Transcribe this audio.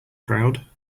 crowd